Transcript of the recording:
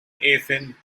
athyn